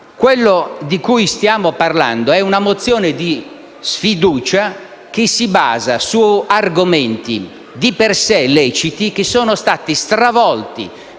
europei. Ora, stiamo parlando di una mozione di sfiducia che si basa su argomenti di per sé leciti che sono stati stravolti